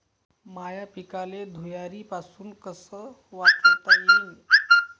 माह्या पिकाले धुयारीपासुन कस वाचवता येईन?